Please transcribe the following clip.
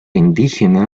indígena